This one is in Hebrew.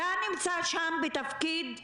אתה נמצא שם בתפקיד,